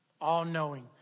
all-knowing